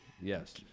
yes